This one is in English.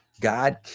God